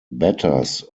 batters